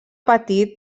petit